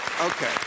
Okay